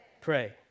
Pray